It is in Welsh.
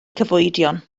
cyfoedion